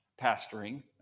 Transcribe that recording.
pastoring